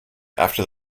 after